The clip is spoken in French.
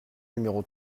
numéro